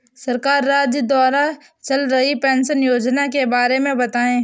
राज्य सरकार द्वारा चल रही पेंशन योजना के बारे में बताएँ?